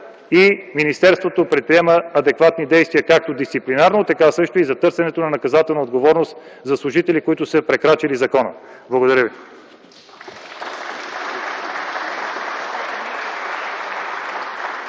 и министерството предприема адекватни действия както дисциплинарно, така също и за търсенето на наказателна отговорност за служители, прекрачили закона. Благодаря ви.